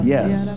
Yes